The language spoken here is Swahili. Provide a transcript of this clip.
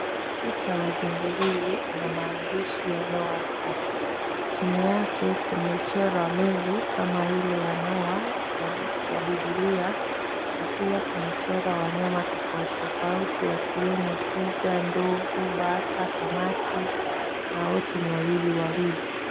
Ukuta wa jengo hili una maandishi ya, Noah's Ark. Chini yake kumechorwa meli kama ile ya Noah ya Bibilia na pia kumechorwa wanyama tofauti tofauti wakiwemo chui, twiga, ndovu, bata, samaki na wote ni wawili wawili.